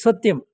सत्यं